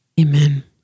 Amen